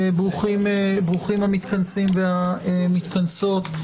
ברוכים המתכנסים והמתכנסות.